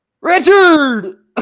Richard